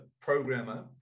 programmer